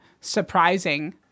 surprising